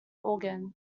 organ